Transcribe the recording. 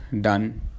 done